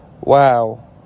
wow